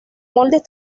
moldes